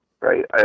right